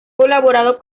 colaborado